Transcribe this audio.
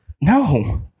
No